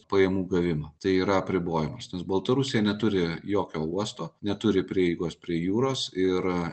pajamų gavimą tai yra apribojimas nes baltarusija neturi jokio uosto neturi prieigos prie jūros ir